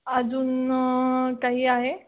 अजून काही आहे